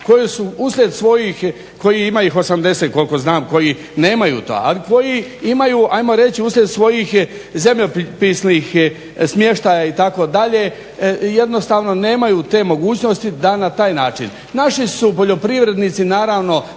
koliko znam koji nemaju to ali koji imaju ajmo reći uslijed svojih zemljopisnih smještaja itd. jednostavno nemaju te mogućnosti da na taj način. Naši su poljoprivrednici naravno